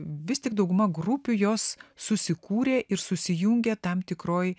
vis tik dauguma grupių jos susikūrė ir susijungė tam tikroj